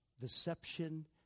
deception